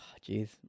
Jeez